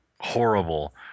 horrible